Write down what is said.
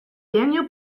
daniel